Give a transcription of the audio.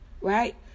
Right